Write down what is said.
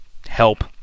help